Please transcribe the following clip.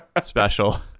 special